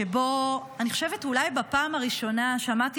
שבו אני חושבת שאולי בפעם הראשונה שמעתי